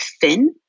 thin